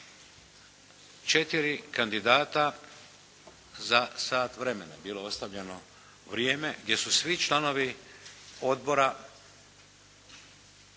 4 kandidata za sat vremena. Bilo je ostavljeno vrijeme gdje su svi članovi odbora